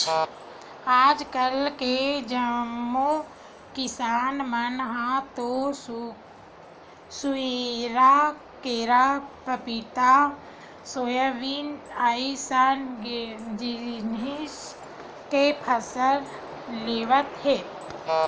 आजकाल के जम्मो किसान मन ह तो खुसियार, केरा, पपिता, सोयाबीन अइसन जिनिस के फसल लेवत हे